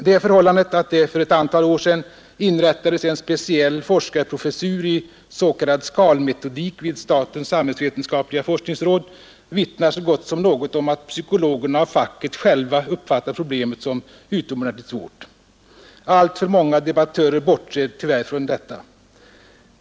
Det förhållandet att det för ett antal ar sedan inrättades en speciell forskarprofessur i s.k. skalmetodik vid statens samhällsvetenskapliga forskningsråd vittnar så gott som nägot om att psykologerna av facket själva uppfattar problemet som utomordentligt svårt. Alltför manga debattörer bortser tyvärr från detta.